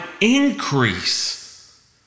increase